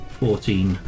fourteen